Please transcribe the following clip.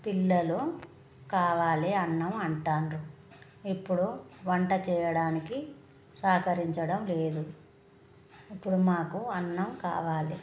పిల్లలు కావాలి అన్నం అంటున్నారు ఇప్పుడు వంట చేయడానికి సహకరించడం లేదు ఇప్పుడు మాకు అన్నం కావాలి